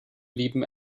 blieben